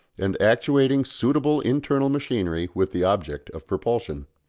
and actuating suitable internal machinery with the object of propulsion.